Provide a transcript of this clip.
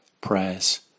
prayers